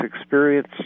experience